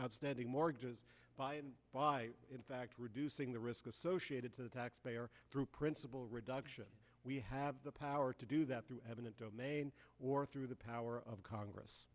tanding mortgages in fact reducing the risk associated to the taxpayer through principal reduction we have the power to do that through evident domain or through the power of congress